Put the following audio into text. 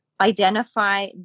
identify